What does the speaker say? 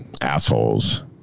assholes